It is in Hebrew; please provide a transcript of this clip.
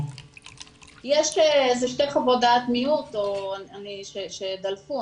יש שתי חוות דעת מיעוט שדלפו,